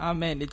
Amen